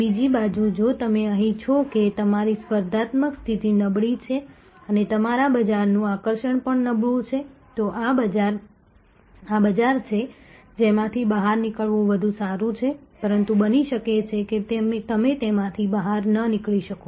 બીજી બાજુ જો તમે અહીં છો કે તમારી સ્પર્ધાત્મક સ્થિતિ નબળી છે અને તમારા બજારનું આકર્ષણ પણ નબળું છે તો આ બજાર છે જેમાંથી બહાર નીકળવું વધુ સારું છે પરંતુ બની શકે કે તમે તેમાંથી બહાર ન નીકળી શકો